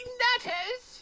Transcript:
nutters